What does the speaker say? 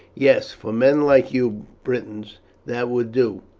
yes, for men like you britons that would do,